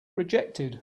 rejected